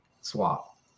swap